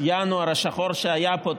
ינואר השחור היה פה,